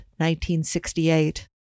1968